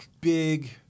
big